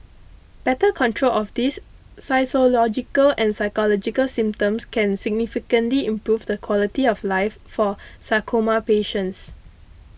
better control of these physiological and psychological symptoms can significantly improve the quality of life for sarcoma patients